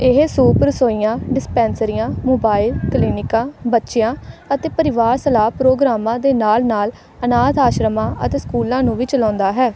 ਇਹ ਸੂਪ ਰਸੋਈਆਂ ਡਿਸਪੈਂਸਰੀਆਂ ਮੋਬਾਈਲ ਕਲੀਨਿਕਾਂ ਬੱਚਿਆਂ ਅਤੇ ਪਰਿਵਾਰ ਸਲਾਹ ਪ੍ਰੋਗਰਾਮਾਂ ਦੇ ਨਾਲ ਨਾਲ ਅਨਾਥ ਆਸ਼ਰਮਾਂ ਅਤੇ ਸਕੂਲਾਂ ਨੂੰ ਵੀ ਚਲਾਉਂਦਾ ਹੈ